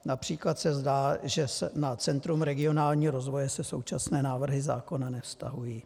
Například se zdá, že na Centrum regionálního rozvoje se současné návrhy zákona nevztahují.